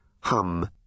hum